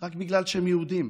רק בגלל שהם יהודים,